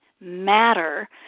matter